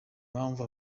mpamvu